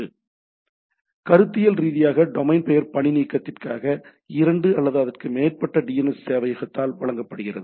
எனவே கருத்தியல் ரீதியாக டொமைன் பெயர் பணிநீக்கத்திற்காக இரண்டு அல்லது அதற்கு மேற்பட்ட டிஎன்எஸ் சேவையகத்தால் வழங்கப்படுகிறது